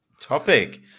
topic